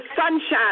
sunshine